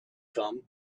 come